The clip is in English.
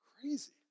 crazy